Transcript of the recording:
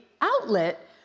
outlet